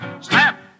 Snap